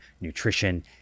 nutrition